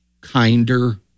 kinder